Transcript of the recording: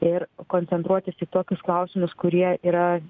ir koncentruotis į tokius klausimus kurie yra